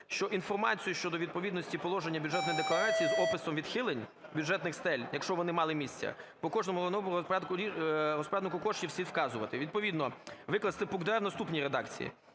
що інформацію щодо відповідності положення Бюджетної декларації з описом відхилень бюджетних стель (якщо вони мали місце) по кожному головному розпоряднику коштів всі вказувати. Відповідно викласти пункт "д" в наступній редакції: